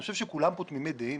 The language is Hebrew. אני חושב שכולם כאן תמימי דעים